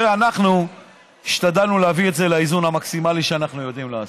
אנחנו השתדלנו להביא את זה לאיזון המקסימלי שאנחנו יודעים לעשות.